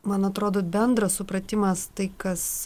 man atrodo bendras supratimas tai kas